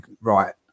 right